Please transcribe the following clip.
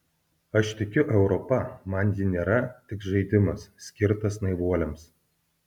aš tikiu europa man ji nėra tik žaidimas skirtas naivuoliams